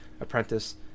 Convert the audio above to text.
apprentice